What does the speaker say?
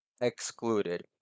excluded